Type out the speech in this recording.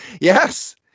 Yes